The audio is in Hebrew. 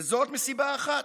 וזאת מסיבה אחת: